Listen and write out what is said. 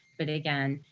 but again,